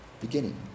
beginning